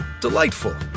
Delightful